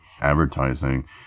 advertising